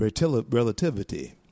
relativity